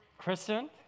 Kristen